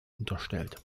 unterstellt